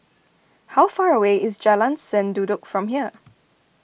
how far away is Jalan Sendudok from here